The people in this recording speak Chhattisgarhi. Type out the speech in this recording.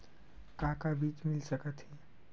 का का बीज मिल सकत हे?